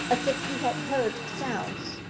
as if he had heard sounds,